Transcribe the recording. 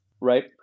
right